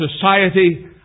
society